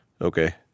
Okay